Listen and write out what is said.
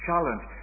Challenge